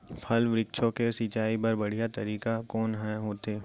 फल, वृक्षों के सिंचाई बर बढ़िया तरीका कोन ह होथे?